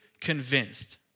convinced